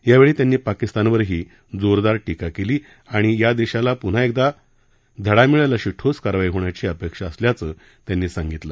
यावेळी त्यांनी पाकिस्तानवरही जोरदार टीका केली आणि या देशाला पून्हा एकदा धडा मिळेल अशी ठोस कारवाई होण्याची अपेक्षा असल्याचं त्यांनी सांगितलं